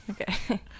Okay